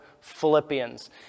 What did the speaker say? Philippians